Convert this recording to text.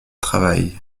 travail